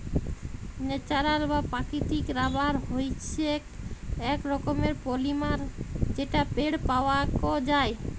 natural বা প্রাকৃতিক rubber হইসেক এক রকমের পলিমার যেটা পেড় পাওয়াক যায়